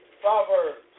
Proverbs